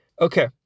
Okay